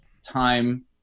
time